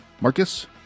Marcus